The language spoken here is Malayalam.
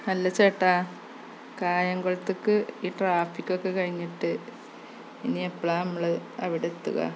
അല്ല ചേട്ടാ കായംകുളത്ത്ക്ക് ഈ ട്രാഫിക്കൊക്കെ കഴിഞ്ഞിട്ട് ഇനി എപ്പഴാണ് നമ്മള് അവടെത്തുക